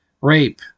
rape